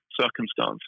circumstance